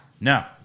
no